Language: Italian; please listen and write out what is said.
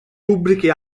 pubbliche